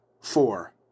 Four